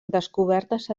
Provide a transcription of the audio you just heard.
descobertes